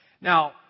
Now